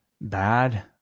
bad